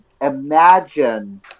Imagine